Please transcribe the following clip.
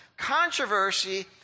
controversy